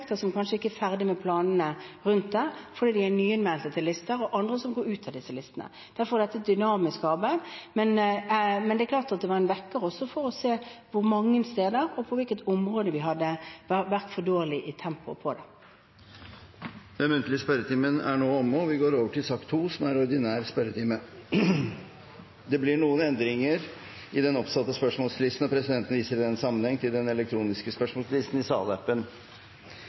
kanskje ikke er ferdig med planene rundt fordi de er nymeldte til listene, og andre som går ut av disse listene. Derfor er dette et dynamisk arbeid. Men det er klart det var en vekker, også for å se hvor mange steder og på hvilket område vi hadde hatt for dårlig tempo på dette. Dermed er den muntlige spørretimen omme. Det blir noen endringer i den oppsatte spørsmålslisten, og presidenten viser i den sammenheng til den elektroniske spørsmålslisten i salappen.